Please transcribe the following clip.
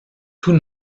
tout